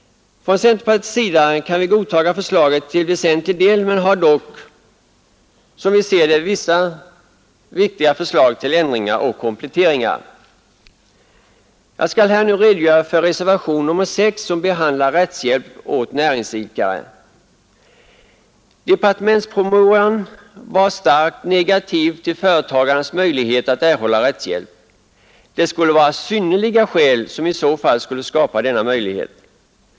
Från centerpartiets sida kan vi godta förslaget till väsentlig del men har en del som vi ser det viktiga förslag till ändringar och kompletteringar. Jag skall här redogöra för reservationen 6 som behandlar rättshjälp åt näringsidkare. Departementspromemorian var starkt negativ till företagarnas möjlighet att erhålla rättshjälp. Det skulle vara synnerliga skäl som i så fall skulle skapa denna möjlighet.